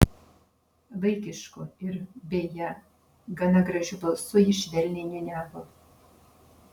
vaikišku ir beje gana gražiu balsu jis švelniai niūniavo